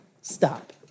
Stop